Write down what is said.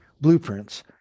blueprints